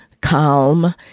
calm